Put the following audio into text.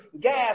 gas